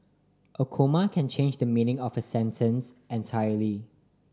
a comma can change the meaning of a sentence entirely